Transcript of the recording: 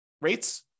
rates